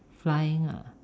flying ah